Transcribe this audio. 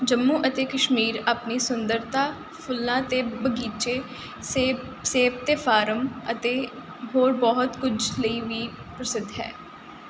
ਜੰਮੂ ਅਤੇ ਕਸ਼ਮੀਰ ਆਪਣੀ ਸੁੰਦਰਤਾ ਫੁੱਲਾਂ ਅਤੇ ਬਗੀਚੇ ਸੇਬ ਸੇਬ ਅਤੇ ਫਾਰਮ ਅਤੇ ਹੋਰ ਬਹੁਤ ਕੁਝ ਲਈ ਵੀ ਪ੍ਰਸਿੱਧ ਹੈ